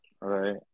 right